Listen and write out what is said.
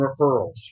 referrals